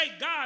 God